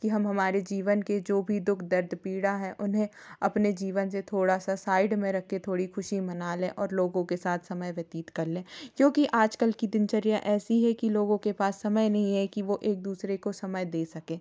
कि हम हमारे जीवन के जो भी दुख दर्द पीड़ा है उन्हें अपने जीवन से थोड़ा सा साइड में रख के थोड़ी ख़ुशी मना लें और लोगों के साथ समय व्यतीत कर लें क्योंकि आजकल कि दिनचर्या ऐसी है कि लोगों के पास समय नहीं है कि वो एक दूसरे को समय दे सकें